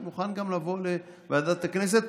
אני מוכן גם לבוא לוועדת הכנסת,